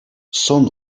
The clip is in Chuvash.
сӑн